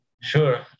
Sure